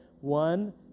one